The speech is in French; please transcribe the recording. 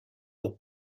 pour